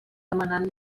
demanant